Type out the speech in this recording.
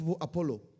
Apollo